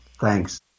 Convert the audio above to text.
Thanks